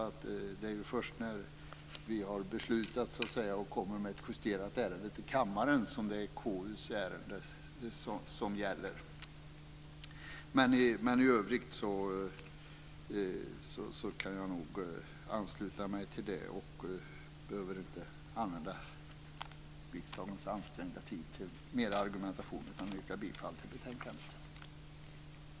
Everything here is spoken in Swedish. Det är först när vi har beslutat och kommer med ett justerat ärende till kammaren som det är KU:s ärende som gäller. I övrigt kan jag nog ansluta mig till detta, och jag behöver inte använda riksdagens ansträngda tid till mer argumentation. Jag yrkar bifall till förslaget i utskottets betänkande.